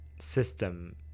system